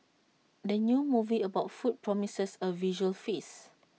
the new movie about food promises A visual feast